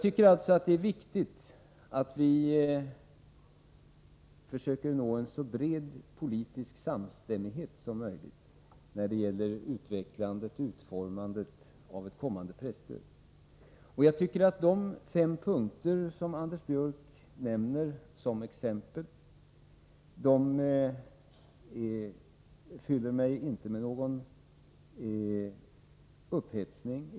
Det är viktigt att vi försöker nå en så bred politisk samstämmighet som möjligt angående utformningen av ett kommande presstöd. Jag tycker egentligen inte att de fem punkter som Anders Björck nämner som exempel fyller mig med någon upphetsning.